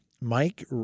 Mike